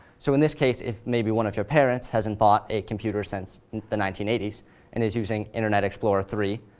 so in this case, if maybe one of your parents hasn't bought a computer since the nineteen eighty s and is using internet explorer three,